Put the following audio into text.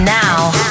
now